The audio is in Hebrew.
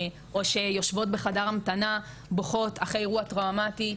או שיושבות בחדר המתנה בוכות אחרי אירוע טראומטי.